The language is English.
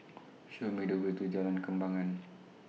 Show Me The Way to Jalan Kembangan